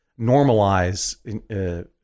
normalize